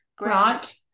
Right